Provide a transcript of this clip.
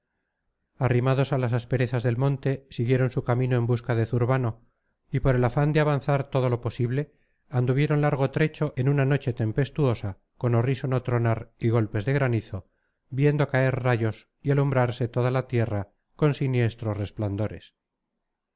arrimados a las asperezas del monte siguieron su camino en busca de zurbano y por el afán de avanzar todo lo posible anduvieron largo trecho en una noche tempestuosa con horrísono tronar y golpes de granizo viendo caer rayos y alumbrarse toda la tierra con siniestros resplandores